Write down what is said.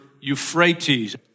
Euphrates